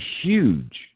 huge